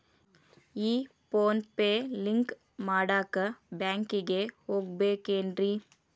ಈ PhonePe link ಮಾಡಾಕ ಬ್ಯಾಂಕಿಗೆ ಹೋಗ್ಬೇಕೇನ್ರಿ?